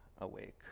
Awake